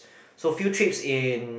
so field trips in